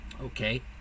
Okay